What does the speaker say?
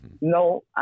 No